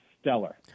stellar